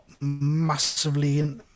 massively